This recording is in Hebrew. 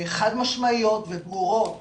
חד משמעיות וברורות